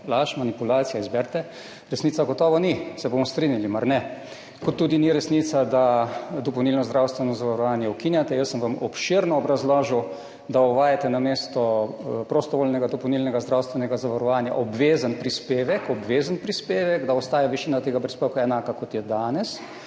Laž, manipulacija? Izberite. Resnica gotovo ni, se bomo strinjali, mar ne? Kot tudi ni resnica, da dopolnilno zdravstveno zavarovanje ukinjate. Jaz sem vam obširno obrazložil, da uvajate namesto prostovoljnega dopolnilnega zdravstvenega zavarovanja obvezen prispevek, obvezen prispevek, da ostaja višina tega prispevka enaka, kot je danes,